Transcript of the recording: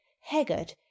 haggard